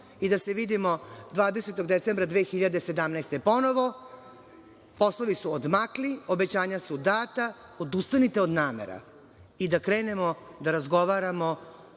i da se vidimo 20. decembra 2017. godine ponovo. Poslovi su odmakli, obećanja su data, odustanite od namera i da krenemo da razgovaramo